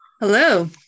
Hello